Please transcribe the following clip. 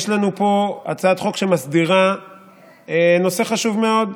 יש לנו פה הצעת חוק שמסדירה נושא חשוב מאוד: